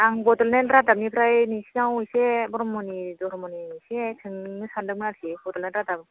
आं बड'लेण्ड रादाबनिफ्राय नोंसोरनाव एसे ब्रम्ह धोरोमनि एसे सोंनो सानदोंमोन आरोखि बड'लेण्ड रादाब